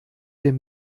dem